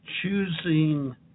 choosing